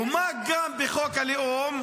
ומה גם בחוק הלאום?